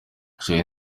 charly